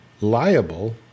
liable